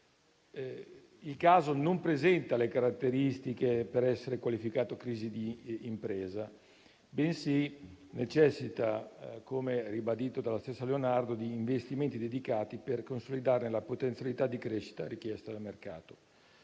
Il caso non presenta le caratteristiche per essere qualificato come crisi di impresa, bensì necessita, come ribadito dalla stessa Leonardo, di investimenti dedicati per consolidarne la potenzialità di crescita richiesta dal mercato.